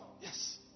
Yes